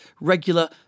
regular